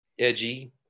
edgy